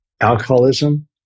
alcoholism